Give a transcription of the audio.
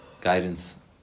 guidance